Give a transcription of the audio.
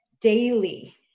daily